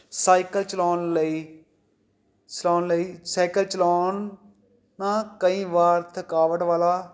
cycle ਚਲਾਉਣ ਲਈ ਚਲਾਉਣ ਲਈ ਸਾਈਕਲ ਚਲਾਉਣਾ ਕਈ ਵਾਰ ਥਕਾਵਟ ਵਾਲਾ